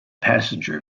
passenger